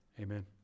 Amen